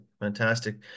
Fantastic